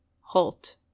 halt